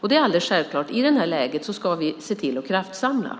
Det är självklart att vi i det här läget ska se till att kraftsamla.